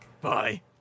Bye